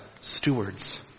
stewards